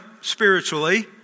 spiritually